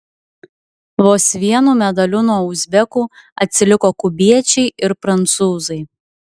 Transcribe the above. vos vienu medaliu nuo uzbekų atsiliko kubiečiai ir prancūzai